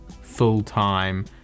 full-time